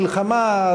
מלחמה,